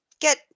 get